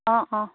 অঁ অঁ